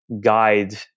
guide